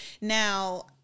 Now